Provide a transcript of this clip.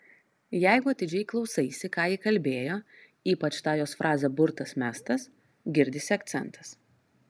jeigu atidžiai klausaisi ką ji kalbėjo ypač tą jos frazę burtas mestas girdisi akcentas